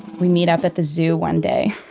we meet up at the zoo one day.